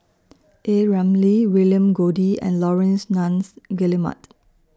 A Ramli William Goode and Laurence Nunns Guillemard